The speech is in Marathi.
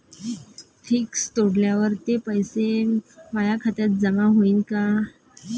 फिक्स तोडल्यावर ते पैसे माया खात्यात जमा होईनं का?